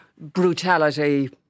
brutality